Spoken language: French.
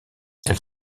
elle